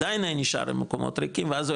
עדיין היה נשאר מקומות ריקים ואז הוא